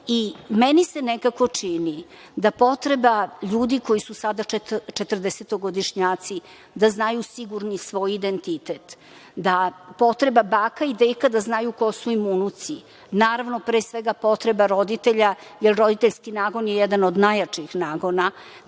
se nekako čini da potreba ljudi koji su sada četrdesetogodišnjaci da znaju sigurno svoj identitet, da potreba baka i deka da znaju ko su im unuci, naravno pre svega potreba roditelja jer roditeljski nagon je jedan od najjačih nagona